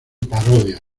parodias